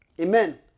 Amen